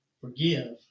forgive